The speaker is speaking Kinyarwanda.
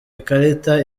ikarita